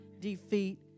defeat